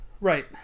Right